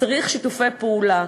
צריך שיתופי פעולה.